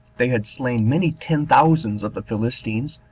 they had slain many ten thousands of the philistines,